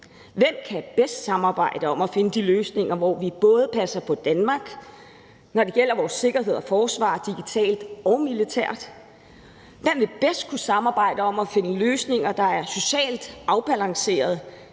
Hvem kan bedst samarbejde om at finde de løsninger, hvor vi både passer på Danmark, når det gælder vores sikkerhed og forsvar digitalt og militært? Hvem vil bedst kunne samarbejde om at finde løsninger, der er socialt afbalanceret,